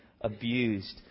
abused